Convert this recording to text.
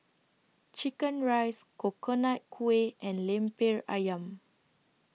Chicken Rice Coconut Kuih and Lemper Ayam